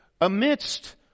amidst